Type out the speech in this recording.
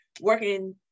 working